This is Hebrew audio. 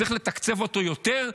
צריך לתקצב אותו יותר,